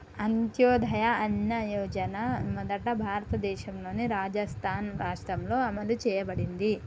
అంత్యోదయ అన్న యోజన మొదట భారతదేశంలోని రాజస్థాన్ రాష్ట్రంలో అమలు చేయబడింది